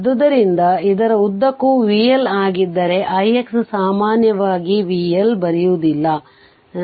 ಆದ್ದರಿಂದ ಇದರ ಉದ್ದಕ್ಕೂ vL ಆಗಿದ್ದರೆ ix ಸಾಮಾನ್ಯವಾಗಿ vL ಬರೆಯುವುದಿಲ್ಲ